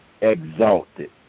exalted